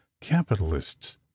capitalists